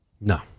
No